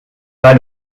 pas